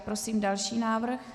Prosím další návrh.